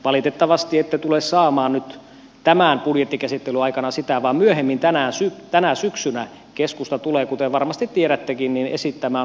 valitettavasti ette tule saamaan nyt tämän budjettikäsittelyn aikana sitä vaan myöhemmin tänä syksynä keskusta tulee kuten varmasti tiedättekin esittämään oman vaihtoehtobudjetin